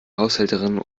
haushälterin